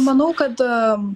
manau kad